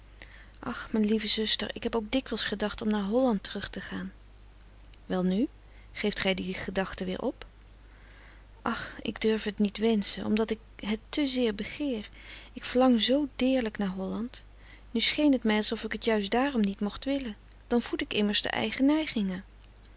ach mijn lieve zuster ik heb ook dikwijls gedacht om naar holland terug te gaan welnu geeft gij die gedachte weer op ach ik durfde het niet wenschen omdat ik het te zeer begeer ik verlang zoo deerlijk naar holland nu scheen het mij alsof ik t juist daarom niet mocht willen dan voed ik immers de eigen neigingen